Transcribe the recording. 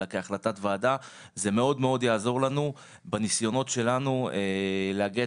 אלא כהחלטת ועדה - זה מאוד יעזור לנו בניסיונות שלנו להגיע